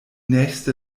nächste